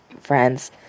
friends